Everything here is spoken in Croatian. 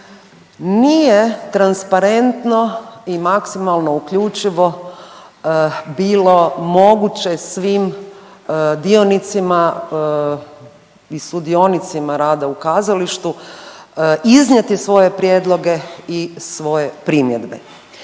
nije transparentno i maksimalno uključivo bilo moguće svim dionicima i sudionicima rada u kazalištu iznijeti svoje prijedloge i svoje primjedbe.